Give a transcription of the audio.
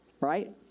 right